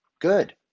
Good